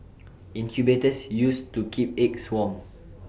incubators used to keep eggs warm